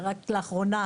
רק לאחרונה,